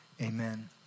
Amen